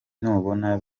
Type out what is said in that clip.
nubona